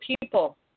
people